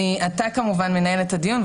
אתה כמובן מנהל את הדיון,